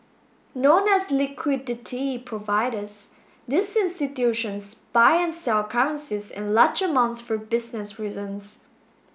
known as liquidity providers these institutions buy and sell currencies in large amounts for business reasons